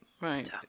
right